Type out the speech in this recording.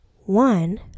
one